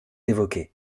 évoqués